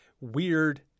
weird